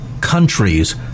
countries